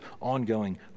ongoing